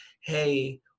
hey